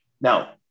Now